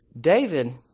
David